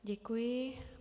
Děkuji.